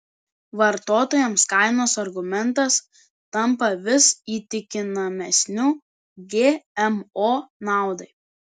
vartotojams kainos argumentas tampa vis įtikinamesniu gmo naudai